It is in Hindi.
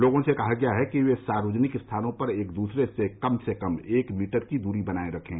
लोगों से कहा गया है कि वे सार्वजनिक स्थानों पर एक दूसरे से कम से कम एक मीटर की दूरी बनाये रखें